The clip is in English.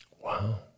Wow